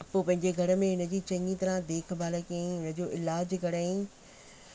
पोइ पंहिंजे घर में हिन जी चङी तरह देखभाल कयईं हिनजो इलाजु कराईं